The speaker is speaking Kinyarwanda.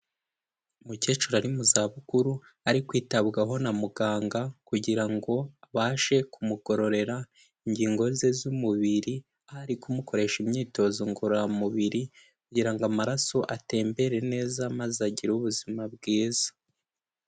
Umukecuru ari mu za bukuru, ari kwitabwaho na muganga, kugira ngo abashe kumugororera ingingo ze z'umubiri, ahari kumukoresha imyitozo ngororamubiri, kugira ngo amaraso atembere neza maze agire ubuzima bwiza.